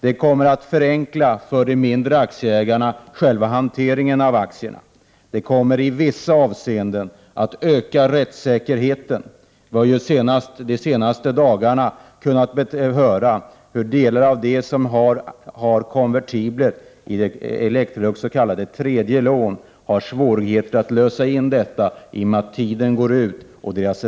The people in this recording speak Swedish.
Det kommer att för de mindre aktieägarna förenkla själva hanteringen av aktierna. Det kommer i vissa avseenden att öka rättssäkerheten. Vi har under de senaste dagarna fått höra hur de som har konvertibler i Electrolux s.k. tredje lån har svårigheter att lösa ut dem i och med att tiden går ut vid årsskiftet.